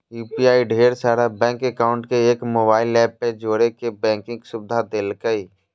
UPI ढेर सारा bank account के एक मोबाइल ऐप पर जोड़े के बैंकिंग सुविधा देलकै